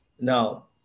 Now